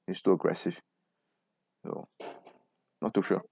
it's too aggressive no not too sure